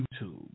YouTube